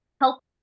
help